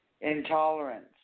intolerance